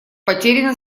потеряно